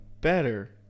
better